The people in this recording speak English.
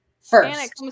first